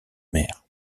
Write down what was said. mer